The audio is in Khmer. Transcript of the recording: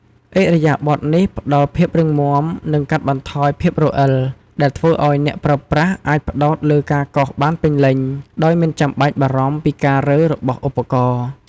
ឥរិយាបថនេះផ្តល់ភាពរឹងមាំ និងកាត់បន្ថយភាពរអិល ដែលធ្វើឱ្យអ្នកប្រើប្រាស់អាចផ្តោតលើការកោសបានពេញលេញ ដោយមិនបាច់បារម្ភពីការរើរបស់ឧបករណ៍។